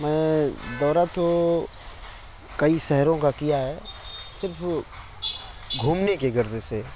میں دورہ تو کئی شہروں کا کیا ہے صرف گھومنے کی غرض سے